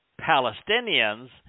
Palestinians